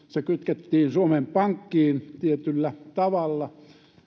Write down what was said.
se kytkettiin suomen pankkiin tietyllä tavalla